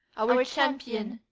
our champion,